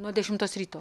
nuo dešimtos ryto